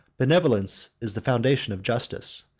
benevolence is the foundation of justice,